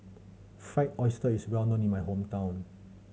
Fried Oyster is well known in my hometown